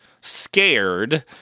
scared